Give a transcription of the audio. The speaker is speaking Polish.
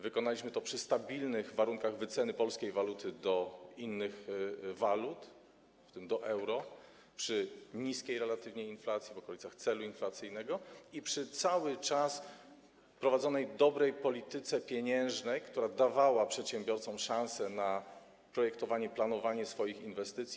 Wykonaliśmy to przy stabilnych warunkach wyceny polskiej waluty do innych walut, w tym do euro, przy niskiej relatywnie inflacji, w okolicach celu inflacyjnego, i przy cały czas prowadzonej dobrej polityce pieniężnej, która dawała przedsiębiorcom szansę na projektowanie, planowanie swoich inwestycji.